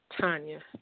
Tanya